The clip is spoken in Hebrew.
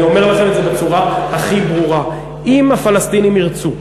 אני אומר לכם את זה בצורה הכי ברורה: אם הפלסטינים ירצו,